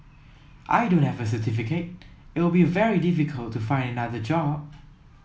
I don't have a certificate it'll be very difficult to find another job